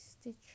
stitch